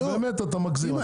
אתה מגזים,